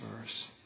verse